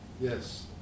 Yes